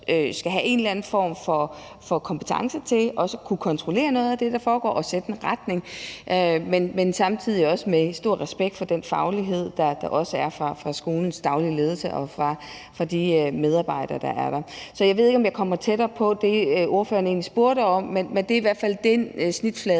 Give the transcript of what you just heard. skal have en eller anden form for kompetence til at kunne kontrollere noget af det, der foregår, og sætte en retning, men samtidig også med stor respekt for den faglighed, der er hos skolens daglige ledelse og de medarbejdere, der er der. Så jeg ved ikke, om jeg kom tættere på det, ordføreren egentlig spurgte om, men det er i hvert fald den snitflade,